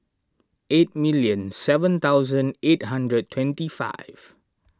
eight million seven thousand eight hundred twenty five